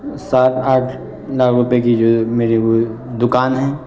سات آٹھ لاکھ روپئے کی جو میری دکان ہیں